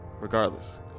Regardless